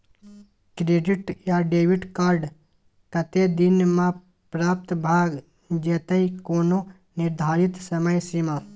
Credit या debit card कत्ते दिन म प्राप्त भ जेतै, कोनो निर्धारित समय सीमा?